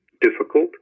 difficult